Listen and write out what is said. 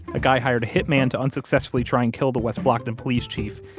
a guy hired a hitman to unsuccessfully try and kill the west blocton police chief.